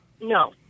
No